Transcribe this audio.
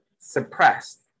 suppressed